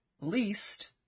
least